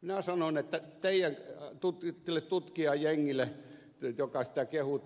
minä sanoin tälle tutkijajengille joka sitä kehui